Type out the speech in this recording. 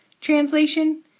Translation